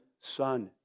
son